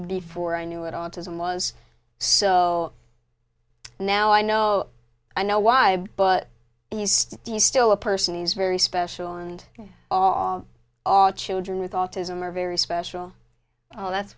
before i knew what autism was so now i know i know why but east he's still a person he's very special and all our children with autism are very special oh that's